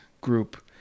group